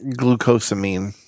glucosamine